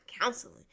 counseling